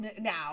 now